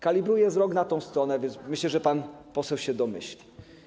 Kalibruję wzrok na tę stronę, więc myślę, że pan poseł się domyśli.